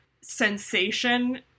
sensation